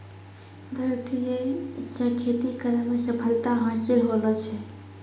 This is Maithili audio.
धरतीये से खेती करै मे सफलता हासिल होलो छै